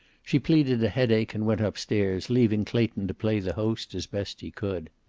she pleaded a headache and went up-stairs, leaving clayton to play the host as best he could.